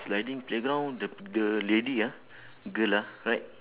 sliding playground the the lady ah girl lah right